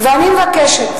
ואני מבקשת